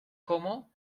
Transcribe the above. como